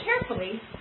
carefully